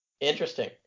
interesting